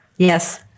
Yes